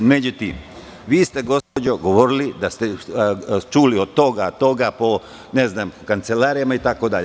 Međutim, vi ste, gospođo, govorili da ste čuli od toga, toga, po kancelarijama itd.